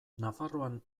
nafarroan